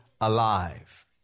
alive